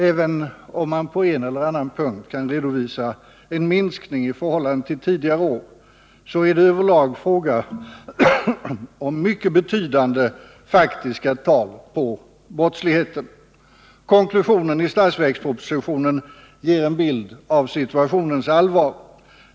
Även om man på en eller annan punkt således kan redovisa en minskning i förhållande till tidigare år, så är det över lag fråga om mycket betydande faktiska tal för brottsligheten. Konklusionen i budgetpropositionen ger en bild av situationens allvar.